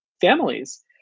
families